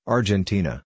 Argentina